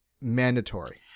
mandatory